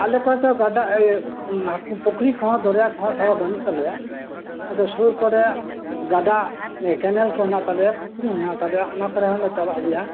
ᱟᱞᱮ ᱠᱚᱨᱮ ᱫᱚ ᱜᱟᱰᱟ ᱤᱭᱟᱹ ᱦᱟᱹᱠᱩ ᱯᱩᱠᱷᱩᱨᱤ ᱠᱚᱦᱚᱸ ᱫᱚᱨᱭᱟ ᱠᱚᱦᱚᱸ ᱛᱷᱚᱲᱟ ᱵᱟᱹᱱᱩᱜ ᱛᱟᱞᱮᱭᱟ ᱟᱫᱚ ᱥᱩᱨ ᱠᱚᱨᱮ ᱜᱟᱰᱟ ᱠᱮᱱᱮᱞ ᱠᱚ ᱦᱮᱸᱱᱟᱜ ᱛᱟᱞᱮᱭᱟ ᱯᱩᱠᱷᱩᱨᱤ ᱦᱮᱱᱟᱜ ᱛᱟᱞᱮᱭᱟ ᱚᱱᱟ ᱠᱚᱨᱮ ᱦᱚᱸᱞᱮ ᱪᱟᱞᱟᱜ ᱜᱮᱭᱟ